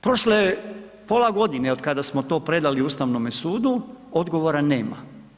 Prošlo je pola godine od kada smo to predali Ustavnome sudu, odgovora nema.